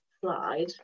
slide